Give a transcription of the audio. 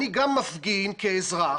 אני גם מפגין כאזרח